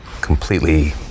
completely